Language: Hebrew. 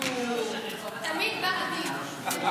הוא תמיד בא עדין.